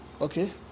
Okay